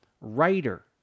Writer